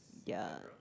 ya